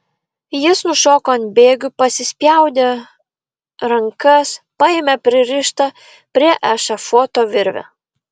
jis nušoko ant bėgių pasispjaudė rankas paėmė pririštą prie ešafoto virvę